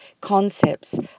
concepts